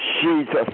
Jesus